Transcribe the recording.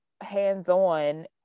hands-on